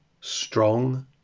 Strong